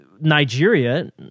nigeria